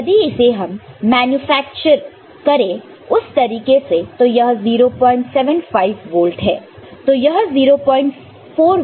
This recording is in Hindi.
और यदि इसे हम मैन्युफैक्चर करें उस तरीके से तो यह 075 वोल्ट है